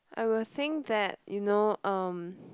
I will think that you know um